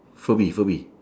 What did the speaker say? furby furby